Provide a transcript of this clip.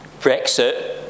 Brexit